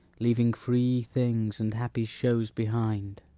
leaving free things and happy shows behind